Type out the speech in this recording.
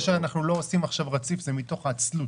זה שאנחנו לא עושים עכשיו רציף זה מתוך עצלות,